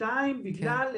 היא מנותקת מהמציאות.